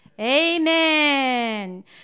Amen